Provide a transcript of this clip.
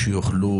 כדי שיוכלו